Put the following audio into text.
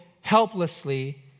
helplessly